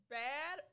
bad